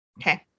Okay